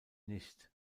nicht